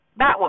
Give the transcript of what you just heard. Batwoman